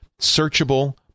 Searchable